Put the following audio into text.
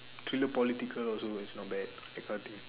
thriller political also is not bad that kinda thing